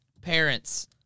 parents